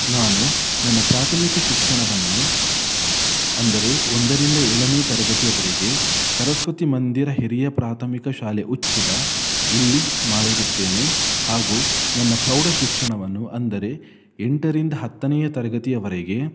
ನಾನು ನನ್ನ ಪ್ರಾಥಮಿಕ ಶಿಕ್ಷಣವನ್ನು ಅಂದರೆ ಒಂದರಿಂದ ಏಳನೇ ತರಗತಿಯವರೆಗೆ ಸರಸ್ವತಿ ಮಂದಿರ ಹಿರಿಯ ಪ್ರಾಥಮಿಕ ಶಾಲೆ ಉಚ್ಚಿಲ ಇಲ್ಲಿ ಮಾಡಿರುತ್ತೇನೆ ಹಾಗೂ ನನ್ನ ಪ್ರೌಢ ಶಿಕ್ಷಣವನ್ನು ಅಂದರೆ ಎಂಟರಿಂದ ಹತ್ತನೆಯ ತರಗತಿಯವರೆಗೆ